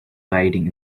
riding